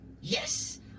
Yes